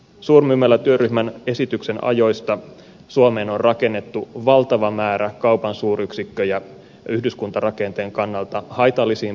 suurmyymälätyöryhmän esityksen ajoista suomeen on rakennettu valtava määrä kaupan suuryksikköjä yhdyskuntarakenteen kannalta haitallisiin paikkoihin